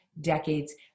decades